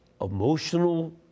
emotional